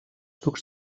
ducs